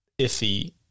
iffy